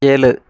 ஏழு